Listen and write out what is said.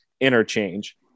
interchange